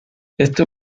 esto